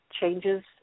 changes